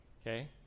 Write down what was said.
okay